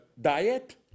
diet